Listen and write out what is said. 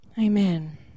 Amen